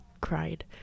cried